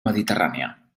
mediterrània